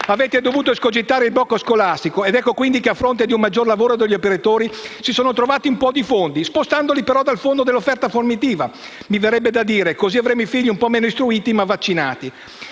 avete dovuto escogitare il blocco scolastico. Ed ecco, quindi, che, a fronte di un maggior lavoro degli operatori, si sono trovati un po' di fondi, spostandoli però dal Fondo per il miglioramento dell'offerta formativa. Mi verrebbe da dire: così avremo figli un po' meno istruiti, ma vaccinati.